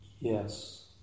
Yes